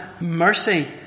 mercy